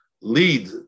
lead